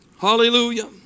Hallelujah